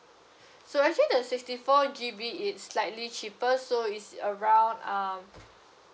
so actually the sixty four G_B it's slightly cheaper so it's around um